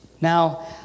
Now